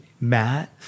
Matt